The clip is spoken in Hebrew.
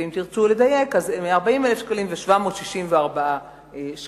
ואם תרצו לדייק אז 140,764 שקלים.